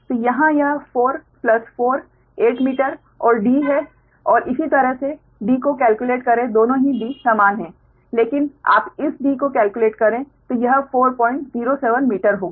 तो यहाँ यह 4 प्लस 4 8 मीटर और d है और इसी तरह से d को केल्क्युलेट करें दोनों ही d समान हैं लेकिन आप इस d को केल्क्युलेट करें तो यह 407 मीटर होगा